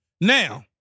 Now